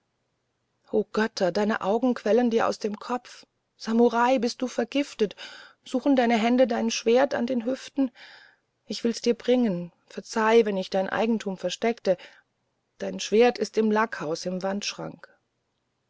o götter deine augen quellen dir aus dem kopf samurai bist du vergiftet suchen deine hände dein schwert an den hüften ich will dir's bringen verzeih wenn ich dein eigentum versteckte dein schwert ist hier im lackhaus im wandschrank